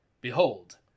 Behold